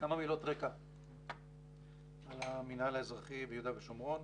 כמה מילות רקע על המינהל האזרחי ביהודה ושומרון.